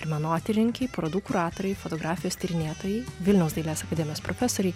ir menotyrininkei parodų kuratorei fotografijos tyrinėtojai vilniaus dailės akademijos profesorei